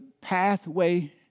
pathway